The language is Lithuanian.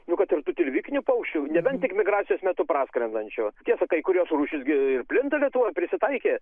nu kad ir tilvikinių paukščių nebent tik migracijos metu praskrendančio tiesa kai kurios rūšys gi plinta lietuvoj prisitaikė